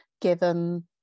given